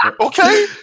Okay